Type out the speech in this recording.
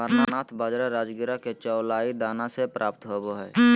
amaranth बाजरा राजगिरा के चौलाई दाना से प्राप्त होबा हइ